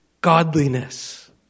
godliness